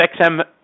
XM